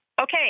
okay